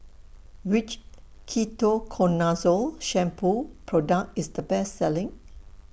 Which Ketoconazole Shampoo Product IS The Best Selling